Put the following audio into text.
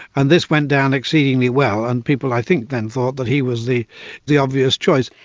and this went down exceedingly well and people i think then thought that he was the the obvious choice.